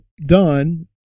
done